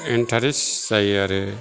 interest जायो आरो